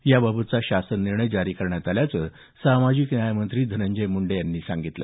याबाबतचा शासन निर्णय जारी करण्यात आल्याचं सामाजिक न्याय मंत्री धनंजय मुंडे यांनी सांगितलं